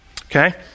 Okay